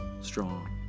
strong